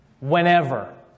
Whenever